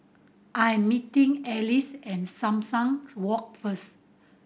I am meeting Elsie at Sumang Walk first